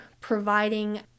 providing